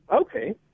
Okay